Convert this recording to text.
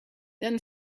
then